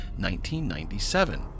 1997